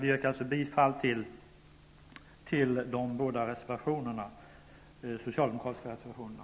Jag yrkar bifall till de båda socialdemokratiska reservationerna.